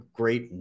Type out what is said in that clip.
great